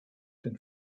den